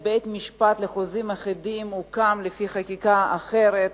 בית-הדין לחוזים אחידים הוקם לפי חקיקה אחרת,